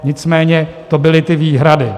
Nicméně to byly ty výhrady.